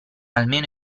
almeno